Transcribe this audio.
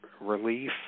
relief